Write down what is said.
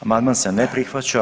Amandman se ne prihvaća.